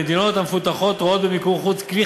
המדינות המפותחות רואות במיקור חוץ כלי